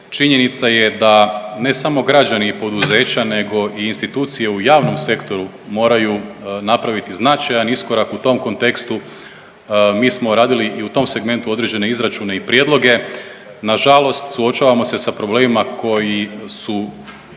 Činjenica je da ne samo građani i poduzeća nego i institucije u javnom sektoru moraju napraviti značajan iskorak u tom kontekstu. Mi smo radili i u tom segmentu određene izračune i prijedloge, nažalost suočavamo se sa problemima koji su